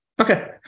okay